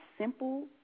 simple